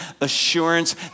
assurance